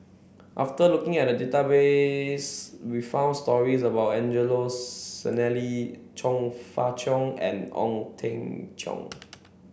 after looking at database we found stories about Angelo Sanelli Chong Fah Cheong and Ong Teng Cheong